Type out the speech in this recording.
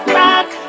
rock